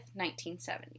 1970